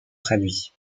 traduits